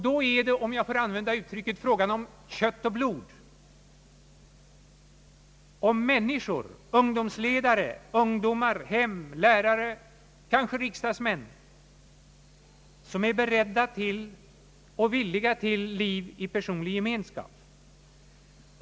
Då är det — om jag får använda uttrycket — fråga om »kött och blod», om människor, ungdomsledare, ungdomar, hem, lärare och kanske riksdagsmän, som är beredda till och villiga till liv i personlig gemenskap.